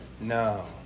No